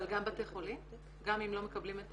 אבל גם בתי חולים, גם אם לא מקבלים את